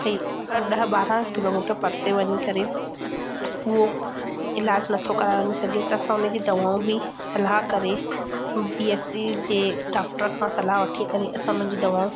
भई ॾह ॿारहं किलोमीटर परिते वञी करे उहो इलाज नथो कराए सघे त असां उन जी दवाऊं बि सलाहु करे बी एस ई जे डॉक्टर खां सलाहु वठी करे असां उन्हनि जी दवाऊं